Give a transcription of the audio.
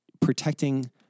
protecting